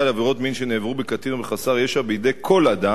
לעבירות מין שנעברו בקטין או בחסר ישע בידי כל אדם,